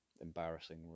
Embarrassing